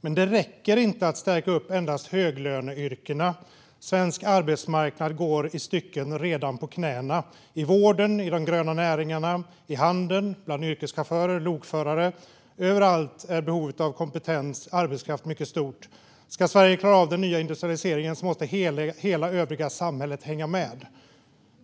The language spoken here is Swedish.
Men det räcker inte att stärka upp endast höglöneyrkena. Svensk arbetsmarknad går i stycken redan på knäna. I vården, i de gröna näringarna, i handeln, bland yrkeschaufförer och bland lokförare - överallt är behovet av kompetent arbetskraft mycket stort. Ska Sverige klara av den nya industrialiseringen måste hela övriga samhället hänga med.